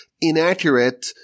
inaccurate